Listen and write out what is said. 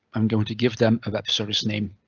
i'm going to give them a web service name.